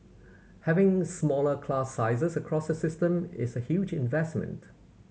having smaller class sizes across the system is a huge investment